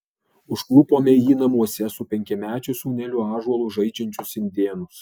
užklupome jį namuose su penkiamečiu sūneliu ąžuolu žaidžiančius indėnus